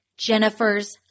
jennifer's